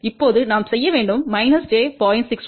இப்போது நாம் செய்ய வேண்டும் j 0